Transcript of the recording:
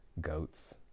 goats